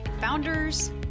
Founders